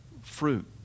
fruit